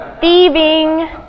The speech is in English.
thieving